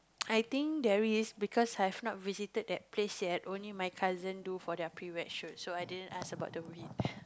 I think there is because I have not visited that place yet only my cousin do for their pre wed shoot so i didn't ask about the weed